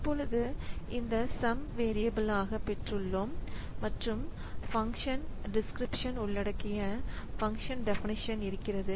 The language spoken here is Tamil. இப்பொழுதுஇந்தசம் வேரியபில்ஆக பெற்றுள்ளோம் மற்றும் பங்க்ஷன் டிஸ்க்கிரிப்சன் உள்ளடக்கிய ஃபங்ஷன் டெபனிஷன் இருக்கிறது